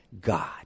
God